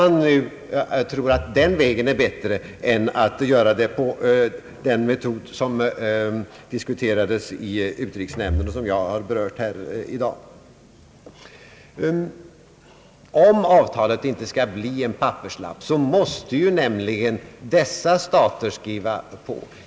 Det är möjligt att den vägen är bättre än den metod som diskuterades i utrikesnämnden och som jag har berört här tidigare i dag. Om nämligen avtalet inte skall bli en papperslapp, måste dessa stater skriva på.